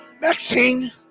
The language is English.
Maxine